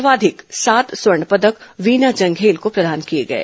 सर्वाधिक सात स्वर्ण पदक वीना जंधेल को प्रदान किए गए